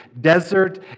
desert